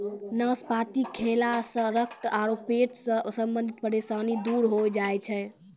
नाशपाती खैला सॅ रक्त आरो पेट सॅ संबंधित परेशानी दूर होय जाय छै